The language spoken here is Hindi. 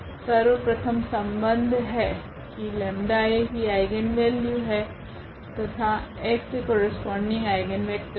तो सर्वप्रथम संबंध है की 𝜆 A की आइगनवेल्यू है तथा x करस्पोंडिंग आइगनवेक्टर है